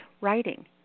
writing